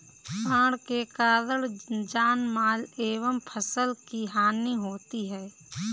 बाढ़ के कारण जानमाल एवं फसल की हानि होती है